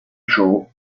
ciò